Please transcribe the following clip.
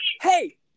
hey